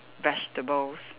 vegetables